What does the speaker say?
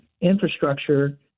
infrastructure